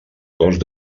cost